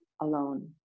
alone